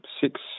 six